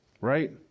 right